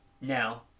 now